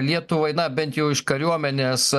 lietuvai na bent jau iš kariuomenės